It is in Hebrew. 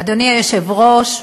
אדוני היושב-ראש,